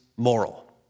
moral